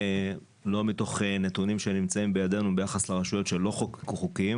לא מתוך נתונים שנמצאים בידינו ביחס לרשויות שלא חוקקו חוקים,